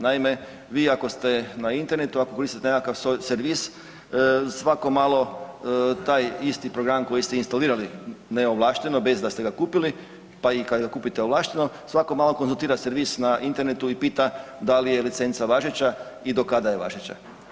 Naime, vi ako ste na internetu, ako koristite nekakav servis, svako malo taj isti program koji ste instalirali neovlašteno, bez da ste ga kupili pa i kad ga kupite, ovlašteno, svako malo konzultira servis na internetu i pita da li je licenca važeća i do kada je važeća.